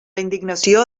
indignació